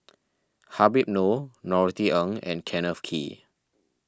Habib Noh Norothy Ng and Kenneth Kee